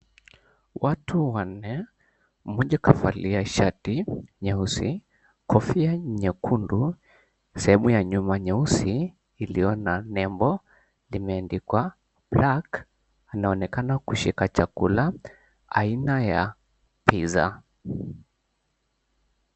Watu wanne, mmoja kavalia shati nyeusi, kofia nyekundu, sehemu ya nyuma nyeusi iliyo na nembo limeandikwa ,Black anaonekana kushika chakuna aina ya pizza .